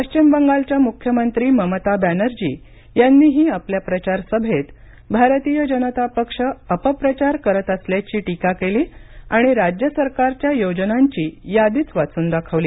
पश्चिम बंगालच्या मुख्यमंत्री ममता बॅनर्जी यांनीही आपल्या प्रचारसभेत भारतीय जनता पक्ष अपप्रचार करत असल्याची टीका केली आणि राज्य सरकारच्या योजनांची यादीच वाचून दाखवली